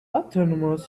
autonomous